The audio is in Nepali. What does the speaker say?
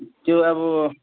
त्यो अब